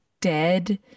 dead